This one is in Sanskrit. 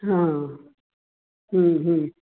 हा